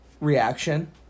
reaction